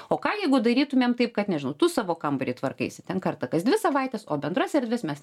o ką jeigu darytumėm taip kad nežinau tu savo kambarį tvarkaisi ten kartą kas dvi savaites o bendras erdves mes